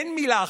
אין מילה אחרת,